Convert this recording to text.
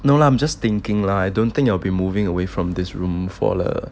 no lah I'm just thinking lah I don't think you will be moving away from this room for